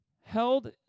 held